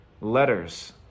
letters